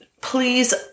please